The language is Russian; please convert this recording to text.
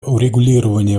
урегулирования